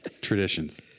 Traditions